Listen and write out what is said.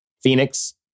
Phoenix